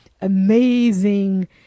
amazing